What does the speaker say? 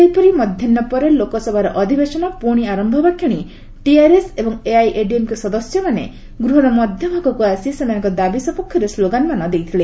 ସେହିପରି ମଧ୍ୟାହୁ ପରେ ଲୋକସଭାର ଅଧିବେଶନ ପୁଣି ଆରମ୍ଭ ହେବାକ୍ଷଣି ଟିଆରଏସ୍ ଏବଂ ଏଆଇଏଡିଏମ୍କେ ସଦସ୍ୟମାନେ ଗୃହର ମଧ୍ୟଭାଗକୁ ଆସି ସେମାନଙ୍କ ଦାବି ସପକ୍ଷରେ ସ୍କୋଗାନମାନ ଦେଇଥିଲେ